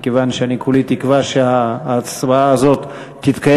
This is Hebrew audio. מכיוון שאני כולי תקווה שההצבעה הזאת תתקיים